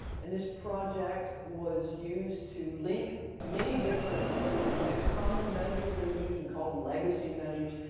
and this project was used to link many different common measures that are used, we call them legacy measures,